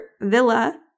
villa